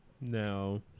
no